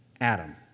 Adam